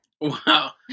Wow